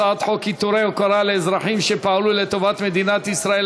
הצעת חוק עיטורי הוקרה לאזרחים שפעלו לטובת מדינת ישראל,